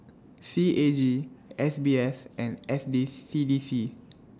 C A G F B S and F D C D C